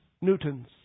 Newton's